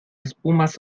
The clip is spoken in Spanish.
espumas